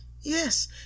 Yes